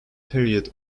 period